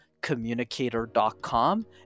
communicator.com